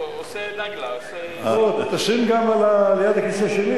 הוא עושה נאגלה --- תשים גם על-יד הכיסא שלי,